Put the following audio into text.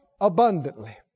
abundantly